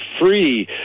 free